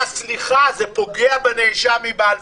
אה, סליחה, זה פוגע בנאשם מבלפור.